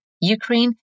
Ukraine